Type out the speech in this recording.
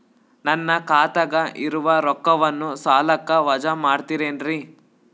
ನನ್ನ ಖಾತಗ ಇರುವ ರೊಕ್ಕವನ್ನು ಸಾಲಕ್ಕ ವಜಾ ಮಾಡ್ತಿರೆನ್ರಿ?